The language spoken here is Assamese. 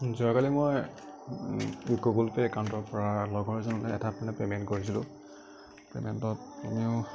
যোৱাকালি মই গুগুল পে' একাউণ্টৰ পৰা লগৰ এজনলৈ এটা মানে পে'মেণ্ট কৰিছিলো পে'মেণ্টত কমেও